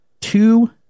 two